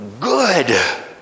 good